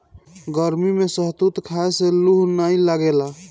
गरमी में शहतूत खाए से लूह नाइ लागेला